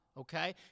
okay